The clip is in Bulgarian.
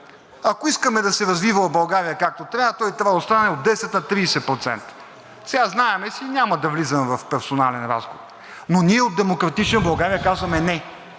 ако искаме да се развивала България както трябва, той трябвало да стане от 10 на 30%. Сега, знаем се и няма да влизаме в персонален разговор. Но ние от „Демократична България“ казваме –